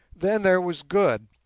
then there was good,